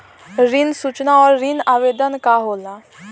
ऋण सूचना और ऋण आवेदन का होला?